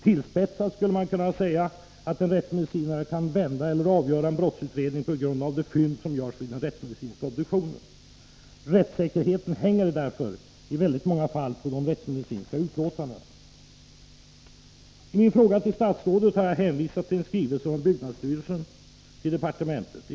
Tillspetsat skulle man kunna säga att en rättsmedicinare kan vända eller avgöra en brottsutredning på grund av de fynd som görs vid den rättsmedicinska obduktionen. Rättssäkerheten hänger därför i många fall på de rättsmedicinska utlåtandena. I min fråga till statsrådet har jag hänvisat till en skrivelse från byggnadsstyrelsen till socialdepartementet.